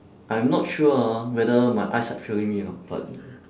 I am not sure ah whether my eyesight failing me or not but